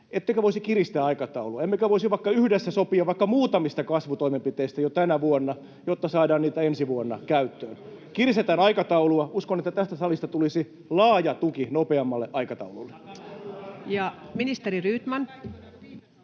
Ettekö voisi kiristää aikataulua? Emmekö voisi vaikka yhdessä sopia vaikka muutamista kasvutoimenpiteistä jo tänä vuonna, jotta saadaan niitä ensi vuonna käyttöön? Kiristetään aikataulua. Uskon, että tästä salista tulisi laaja tuki nopeammalle aikataululle. Ministeri Rydman.